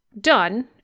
done